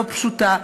לא פשוטה.